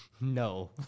No